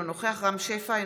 אינו נוכח רם שפע,